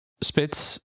spits